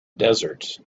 desert